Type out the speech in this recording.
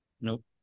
Nope